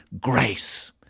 grace